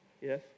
Yes